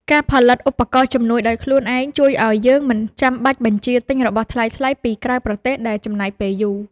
ការផលិតឧបករណ៍ជំនួយដោយខ្លួនឯងជួយឱ្យយើងមិនចាំបាច់បញ្ជាទិញរបស់ថ្លៃៗពីក្រៅប្រទេសដែលចំណាយពេលយូរ។